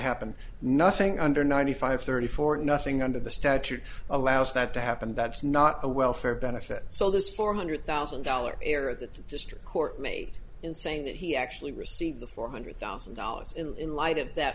happen nothing under ninety five thirty four nothing under the statute allows that to happen that's not a welfare benefit so there's four hundred thousand dollars a year that just court me in saying that he actually received the four hundred thousand dollars in in light of that